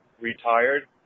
retired